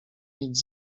mieć